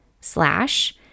slash